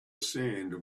sand